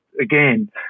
again